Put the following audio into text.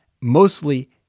mostly